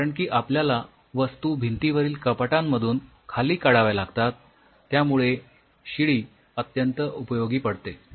कारण की आपल्याला वस्तू भिंतीवरील कपाटांमधून खाली काढाव्या लागतात त्यामुळे शिडी खूप उपयोगी पडते